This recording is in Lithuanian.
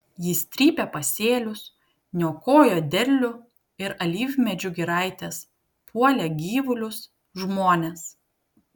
jis trypė pasėlius niokojo derlių ir alyvmedžių giraites puolė gyvulius žmones